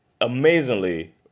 amazingly